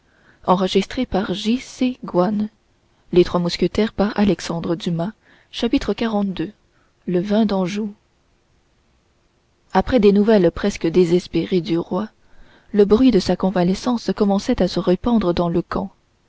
milady chapitre xlii le vin d'anjou après des nouvelles presque désespérées du roi le bruit de sa convalescence commençait à se répandre dans le camp